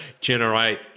generate